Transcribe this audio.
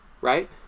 right